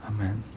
Amen